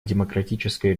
демократической